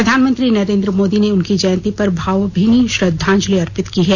प्रधानमंत्री नरेन्द्र मोदी ने उनकी जयंती पर भावभीनी श्रद्दांजलि अर्पित की है